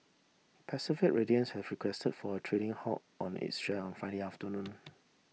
Pacific Radiance have requested for a trading halt on its share on Friday afternoon